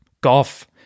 golf